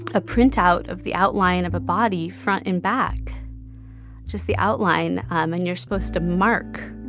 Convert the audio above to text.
a printout of the outline of a body, front and back just the outline. and you're supposed to mark,